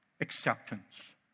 Acceptance